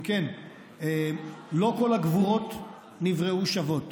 אם כן, לא כל הגבורות נבראו שוות.